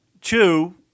Two